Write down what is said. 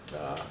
ah